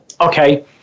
Okay